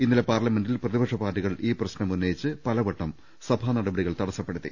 ഇന്നലെ പാർലമെന്റിൽ പ്രതി പക്ഷ പാർട്ടികൾ ഈ പ്രശ്നം ഉന്നയിച്ച് പലവട്ടം സഭാ നടപടികൾ തടസപ്പെടുത്തി